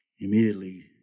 Immediately